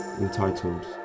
entitled